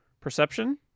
Perception